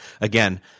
Again